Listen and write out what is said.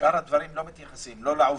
בשאר הדברים לא מתייחסים לא לעובדים.